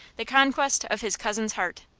the conquest of his cousin's heart.